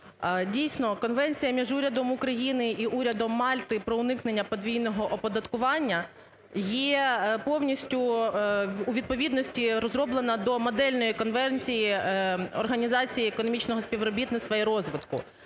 Дійсно, Конвенція між Урядом України і Урядом Мальти про уникнення подвійного оподаткування є повністю у відповідності розроблена до модельної конвенції організації економічного співробітництва і розвитку.